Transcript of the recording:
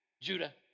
Judah